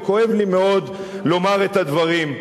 וכואב לי מאוד לומר את הדברים.